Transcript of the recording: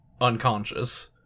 unconscious